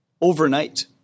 overnight